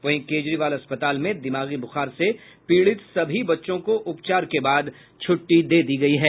वहीं केजरीवाल अस्पताल में दिमागी बुखार से पीड़ित सभी बच्चों को उपचार के बाद छुट्टी दे दी गयी है